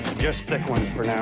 just thick ones for